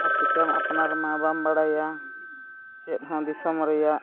ᱟᱨ ᱪᱮᱠᱟᱭᱟᱢ ᱟᱯᱱᱟᱨᱢᱟ ᱵᱟᱢ ᱵᱟᱲᱟᱭᱟ ᱪᱮᱫ ᱦᱚᱸ ᱫᱤᱥᱚᱢ ᱨᱮᱭᱟᱜ